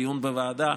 דיון בוועדה,